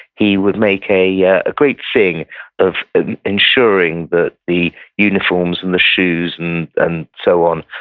he would make a yeah great thing of ensuring that the uniforms, and the shoes, and and so on,